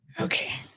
Okay